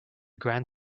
grand